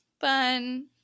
fun